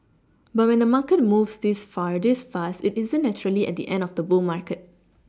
but when the market moves this far this fast it isn't naturally at the end of the bull market